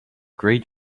great